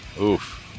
Oof